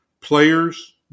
players